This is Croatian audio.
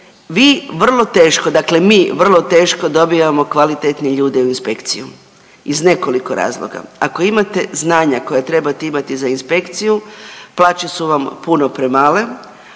mi vrlo teško dobijamo kvalitetne ljude u inspekciju iz nekoliko razloga. Ako imate znanja koja trebate imati za inspekciju plaće su vam puno premale,